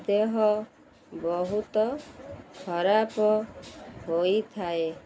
ଦେହ ବହୁତ ଖରାପ ହୋଇଥାଏ